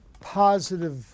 positive